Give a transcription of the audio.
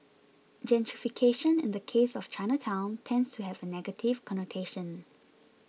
gentrification in the case of Chinatown tends to have a negative connotation